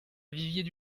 viviers